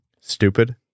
Stupid